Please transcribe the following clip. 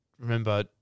remember